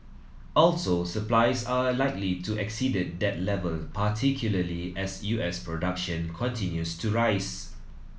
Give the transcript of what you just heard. also supplies are likely to exceed that level particularly as U S production continues to rise